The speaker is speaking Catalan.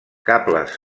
cables